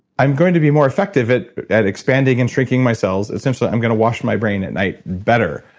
i'm going to be more effective at at expanding and shrinking my cells essentially, i'm going to wash my brain at night better.